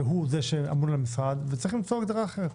הוא זה שאמון על המשרד, וצריך למצוא הגדרה אחרת.